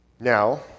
Now